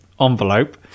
envelope